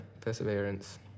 perseverance